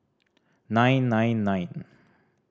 nine nine nine